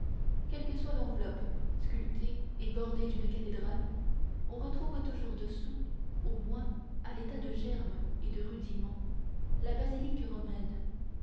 quelle que soit l'enveloppe sculptée et brodée d'une cathédrale on retrouve toujours dessous au moins à l'état de germe et de rudiment la basilique romaine